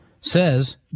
says